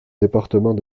département